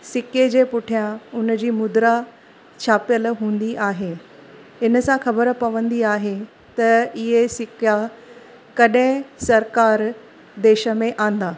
सिके जे पुठियां उनजी मुद्रा छापियलु हूंदी आहे इन सां ख़बरु पवंदी आहे त इहे सिका कॾहिं सरकार देश में आंदा